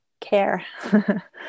care